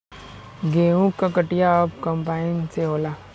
गेंहू क कटिया अब कंपाइन से होला